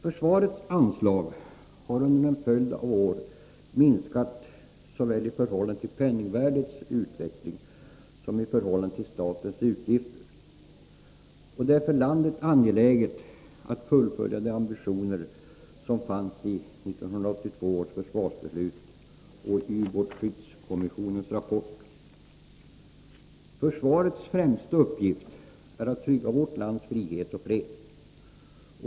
Försvarets anslag har under en följd av år minskat såväl i förhållande till penningvärdets utveckling som i förhållande till statens TS utgifter. Det är för landet angeläget att fullfölja de ambitioner som fanns i 1982 års försvarsbeslut och i ubåtsskyddskommissionens rapport. Försvarets främsta uppgift är att trygga vårt lands frihet och fred.